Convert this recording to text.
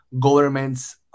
governments